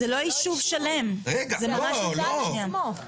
זה לא יישוב שלם, זה ממש לא ככה.